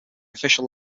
official